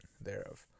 thereof